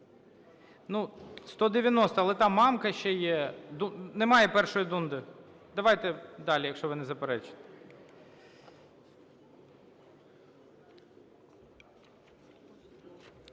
Ні? 190-а, але там Мамка ще є. Немає першої… Дунди. Давайте далі, якщо ви не заперечуєте.